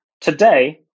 Today